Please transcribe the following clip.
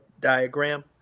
diagram